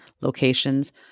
locations